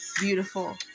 beautiful